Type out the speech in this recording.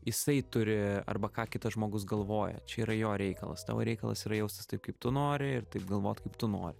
jisai turi arba ką kitas žmogus galvoja čia yra jo reikalas tavo reikalas yra jaustis taip kaip tu nori ir taip galvot kaip tu nori